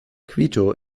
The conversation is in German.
quito